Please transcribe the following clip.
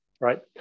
right